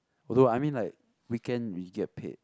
although I mean like weekend we get paid